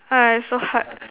!aiya! so hard